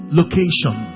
location